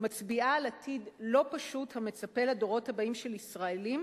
מצביעה על עתיד לא פשוט המצפה לדורות הבאים של ישראלים,